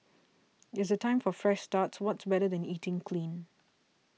as a time for fresh starts what's better than eating clean